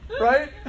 right